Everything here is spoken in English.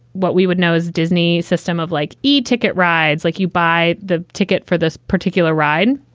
what we would know is disney system of like e ticket rides like you buy the ticket for this particular ride.